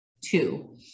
two